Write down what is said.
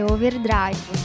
Overdrive